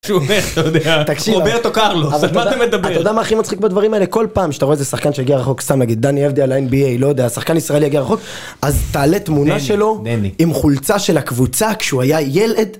שומע איך אתה יודע, רוברטו קרלוס, על מה אתה מדבר? אתה יודע מה הכי מצחיק בדברים האלה? כל פעם שאתה רואה איזה שחקן שהגיע רחוק, סתם נגיד, דני אבדיה ל-NBA, לא יודע, שחקן ישראלי הגיע רחוק, אז תעלה תמונה שלו עם חולצה של הקבוצה כשהוא היה ילד.